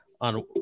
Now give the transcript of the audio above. on